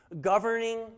governing